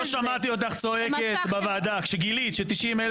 לא שמעתי אותך צועקת בוועדה כשגילית ש-90,000